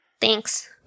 Thanks